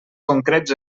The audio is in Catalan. concrets